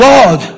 God